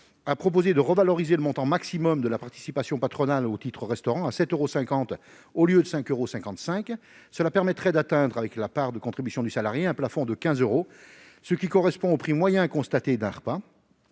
vise à revaloriser le montant maximal de la participation patronale au titre-restaurant à 7,50 euros au lieu de 5,55 euros. Cela permettrait d'atteindre, avec la part de contribution du salarié, un plafond de 15 euros, qui correspond au prix moyen constaté d'un repas.